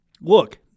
look